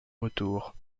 retour